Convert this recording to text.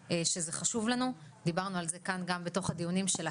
שזה חשוב לנו ודיברנו על זה כאן גם בתוך הדיונים של הקאפ,